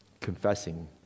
confessing